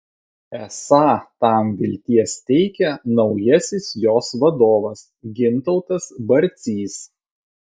esą tam vilties teikia naujasis jos vadovas gintautas barcys